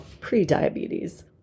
pre-diabetes